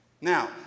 now